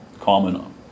common